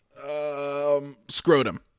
Scrotum